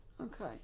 Okay